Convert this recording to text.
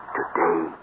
today